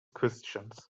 christians